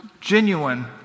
genuine